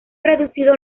reducido